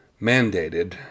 mandated